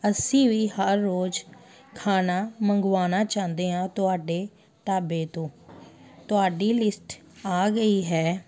ਅਸੀਂ ਵੀ ਹਰ ਰੋਜ਼ ਖਾਣਾ ਮੰਗਵਾਉਣਾ ਚਾਹੁੰਦੇ ਹਾਂ ਤੁਹਾਡੇ ਢਾਬੇ ਤੋਂ ਤੁਹਾਡੀ ਲਿਸਟ ਆ ਗਈ ਹੈ